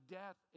death